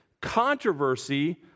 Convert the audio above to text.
controversy